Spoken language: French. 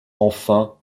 enfin